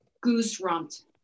goose-rumped